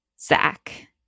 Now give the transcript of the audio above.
Zach